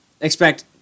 Expect